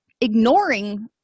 ignoring